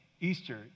Easter